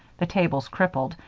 the tables crippled,